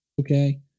okay